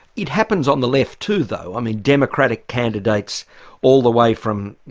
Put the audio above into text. it happens on the left too, though. i mean democratic candidates all the way from, you